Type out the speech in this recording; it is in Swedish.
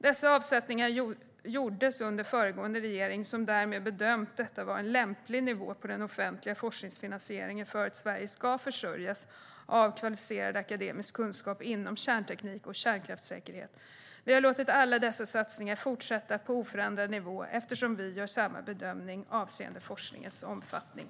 Dessa avsättningar gjordes under föregående regering som därmed bedömt detta vara en lämplig nivå på den offentliga forskningsfinansieringen för att Sverige ska försörjas av kvalificerad akademisk kunskap inom kärnteknik och kärnkraftssäkerhet. Vi har låtit alla dessa satsningar fortsätta på oförändrad nivå eftersom vi gör samma bedömning avseende forskningens omfattning.